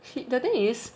the thing is